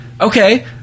okay